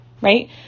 right